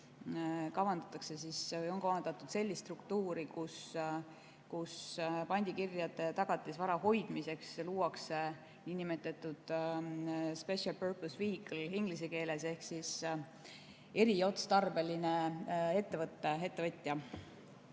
on kavandatud sellist struktuuri, kus pandikirjade tagatisvara hoidmiseks luuaksespecial purpose vehicle –[nii on] inglise keeles –ehk eriotstarbeline ettevõtja,